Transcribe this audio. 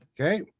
okay